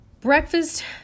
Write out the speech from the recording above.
breakfast